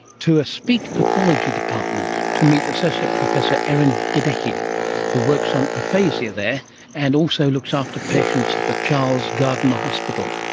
to a speech pathology department to meet associate professor erin godecke, who works on aphasia there and also looks after patients at the charles gairdner hospital.